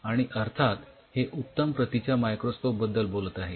आणि अर्थात हे उत्तम प्रतीच्या मायक्रोस्कोप बद्दल आहे